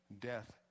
death